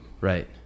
Right